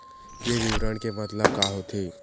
ये विवरण के मतलब का होथे?